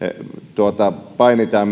painitaan